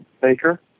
Baker